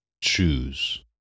choose